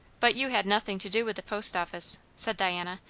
but you had nothing to do with the post office, said diana.